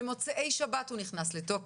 במוצאי שבת הוא נכנס לתוקף.